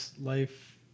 life